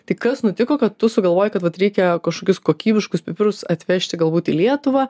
tai kas nutiko kad tu sugalvojai kad vat reikia kažkokius kokybiškus pipirus atvežti galbūt į lietuvą